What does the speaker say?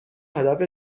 هدف